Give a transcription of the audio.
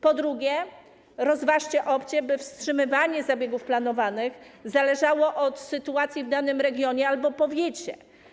Po drugie, rozważcie opcję, by wstrzymywanie zabiegów planowanych zależało od sytuacji w danym regionie albo powiecie.